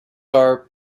are